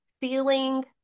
feeling